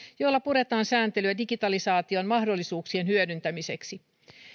joilla puretaan sääntelyä digitalisaation mahdollisuuksien hyödyntämiseksi